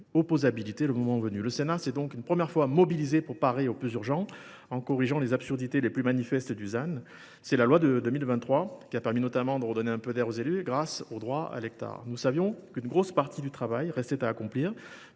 opposabilité le moment venu. Le Sénat s’est donc une première fois mobilisé pour parer au plus urgent, en corrigeant les absurdités les plus manifestes du ZAN. C’est la loi de 2023, qui a permis de redonner un peu d’air aux élus, grâce notamment au droit à l’hectare. Nous savions qu’une grosse partie du travail restait à accomplir.